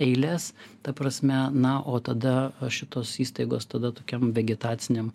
eiles ta prasme na o tada šitos įstaigos tada tokiam vegetaciniam